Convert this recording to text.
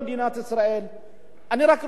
אני רק רוצה לתת מספר דוגמאות,